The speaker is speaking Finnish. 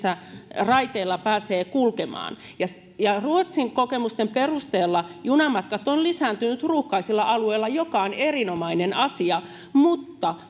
raiteilla pääsee kulkemaan ruotsin kokemusten perusteella junamatkat ovat lisääntyneet ruuhkaisilla alueilla mikä on erinomainen asia mutta